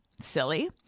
silly